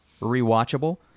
rewatchable